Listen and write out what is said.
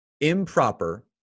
improper